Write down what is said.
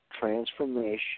transformation